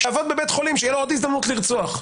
עבד בבית חולים, שתהיה לו עוד הזדמנות לרצוח.